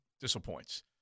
disappoints